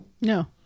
No